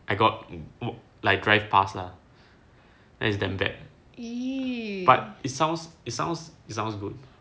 I got like drive pass lah then it's damn bad but it sounds it sounds it sounds good